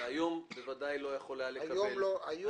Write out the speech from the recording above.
והיום בוודאי לא יכול היה לקבל אישורים.